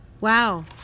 Wow